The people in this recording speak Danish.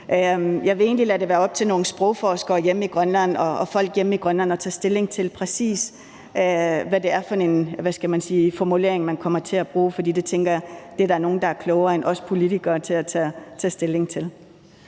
Jeg vil egentlig lade det være op til nogle sprogforskere hjemme i Grønland og folk hjemme i Grønland at tage stilling til, præcis hvad det er for nogle, hvad skal man sige, formuleringer, man kommer til at bruge. For det tænker jeg at der er nogen der er klogere end os politikere til at tage stilling til.